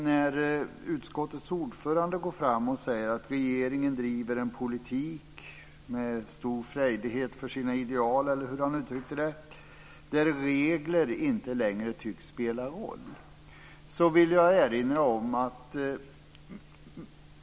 När utskottets ordförande går fram och säger att regeringen med stor frejdighet för sina ideal driver en politik - eller hur han nu uttryckte sig - där regler inte längre tycks spela roll vill jag erinra om följande.